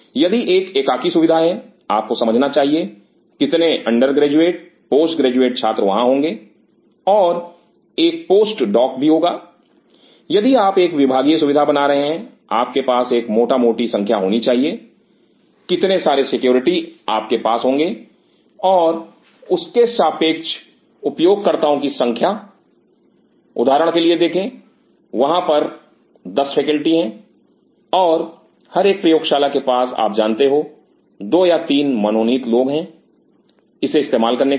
यदि एक एकाकी सुविधा है आप को समझना चाहिए कितने अंडर ग्रेजुएट पोस्ट ग्रेजुएट छात्र वहां होंगे और एक पोस्ट डॉक भी होगा यदि आप एक विभागीय सुविधा बना रहे हैं आपके पास एक मोटा मोटी संख्या होनी चाहिए कितने सारे सिक्योरिटी आपके पास होंगे और उसके सापेक्ष उपयोगकर्ताओं की संख्या उदाहरण के लिए देखें वहां पर 10 फैकेल्टी हैं और हर एक प्रयोगशाला के पास आप जानते हो दो या तीन मनोनीत लोग हैं इसे इस्तेमाल करने के लिए